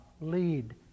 lead